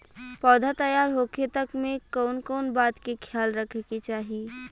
पौधा तैयार होखे तक मे कउन कउन बात के ख्याल रखे के चाही?